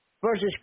versus